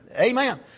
Amen